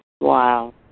Wow